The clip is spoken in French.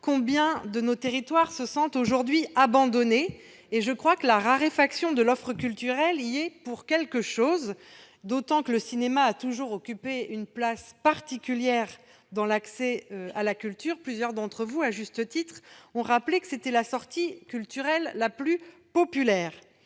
nombre de nos territoires se sentent aujourd'hui abandonnés. La raréfaction de l'offre culturelle y est, je le crois, pour quelque chose, d'autant que le cinéma a toujours occupé une place particulière dans l'accès à la culture. Plusieurs d'entre nous ont rappelé à juste titre que c'est la sortie culturelle la plus populaire.